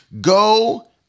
go